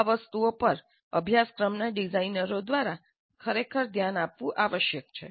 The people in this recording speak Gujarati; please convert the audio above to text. આ વસ્તુઓ પર અભ્યાસક્રમના ડિઝાઇનરો દ્વારા ખરેખર ધ્યાન આપવું આવશ્યક છે